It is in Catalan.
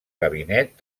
gabinet